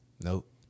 Nope